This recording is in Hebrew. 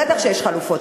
בטח שיש חלופות.